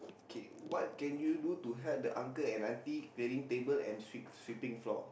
K what can you do to help the uncle and auntie clearing table and sweep sweeping floor